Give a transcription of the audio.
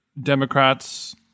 Democrats